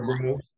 bro